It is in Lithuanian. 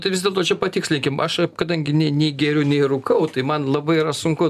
tai vis dėlto čia patikslinkim aš kadangi ne nei geriu nei rūkau tai man labai yra sunku